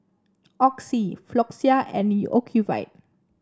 Oxy Floxia and Ocuvite